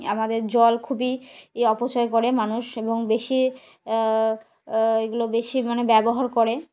আমাদের জল খুবই ই অপচয় করে মানুষ এবং বেশি এগুলো বেশি মানে ব্যবহার করে